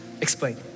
explain